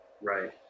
right